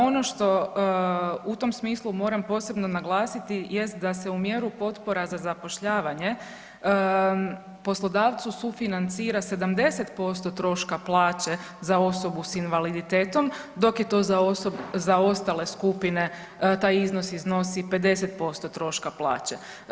Ono što u tom smislu moram posebno naglasiti jest da se u mjeru potpora za zapošljavanje poslodavcu sufinancira 70% troška plaće za osobu s invaliditetom dok je za ostale skupine taj iznosi 50% troška plaće.